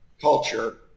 culture